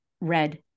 red